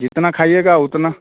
जितना खाइएगा उतना